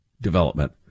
development